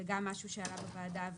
זה גם משהו שעלה בוועדה ותוקן.